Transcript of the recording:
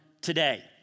Today